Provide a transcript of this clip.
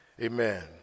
amen